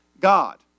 God